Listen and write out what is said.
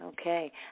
Okay